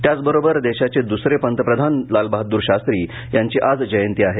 त्याचबरोबरदेशाचे दुसरे पंतप्रधान लालबहादूर शास्त्री यांची आज जयंती आहे